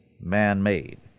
man-made